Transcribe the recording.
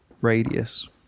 radius